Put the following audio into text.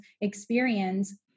experience